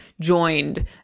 joined